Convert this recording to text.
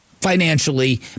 financially